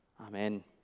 Amen